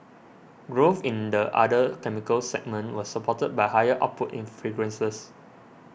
growth in the other chemicals segment was supported by higher output in fragrances